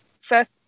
first